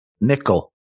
Nickel